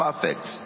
perfect